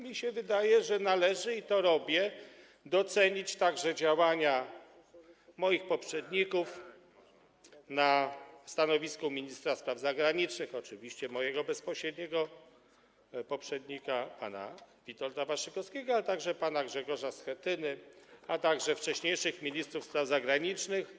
Mi się wydaje, że należy, i to robię, docenić także działania moich poprzedników na stanowisku ministra spraw zagranicznych, oczywiście mojego bezpośredniego poprzednika, pana Witolda Waszczykowskiego, ale także pana Grzegorza Schetyny i wcześniejszych ministrów spraw zagranicznych.